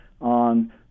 on